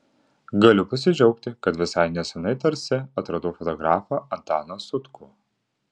galiu pasidžiaugti kad visai neseniai tarsi atradau fotografą antaną sutkų